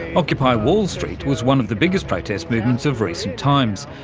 occupy wall street was one of the biggest protest movements of recent times,